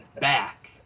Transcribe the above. back